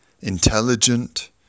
intelligent